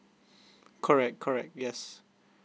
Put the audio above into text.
correct correct yes